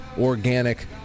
organic